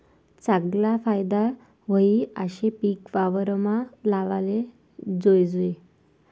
चागला फायदा व्हयी आशे पिक वावरमा लावाले जोयजे